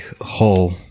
whole